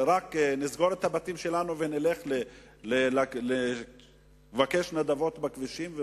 שנסגור את הבתים שלנו ונלך לבקש נדבות בכבישים וברחובות?